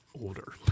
older